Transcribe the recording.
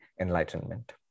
enlightenment